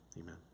Amen